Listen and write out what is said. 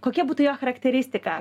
kokia būtų jo charakteristika